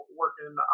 working